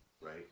right